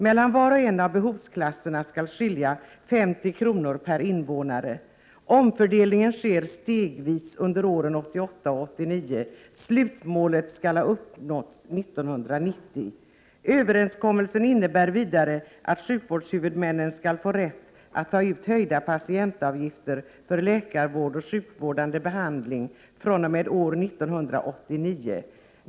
Mellan var och en av behovsklasserna skall det skilja 50 kr. per invånare. Omfördelningen sker stegvis under åren 1988 och 1989. Slutmålet skall ha uppnåtts 1990. Överenskommelsen innebär vidare att sjukvårdshuvudmännen skall få rätt att ta ut höjda patientavgifter för läkarvård och sjukvårdande behandling fr.o.m. år 1989.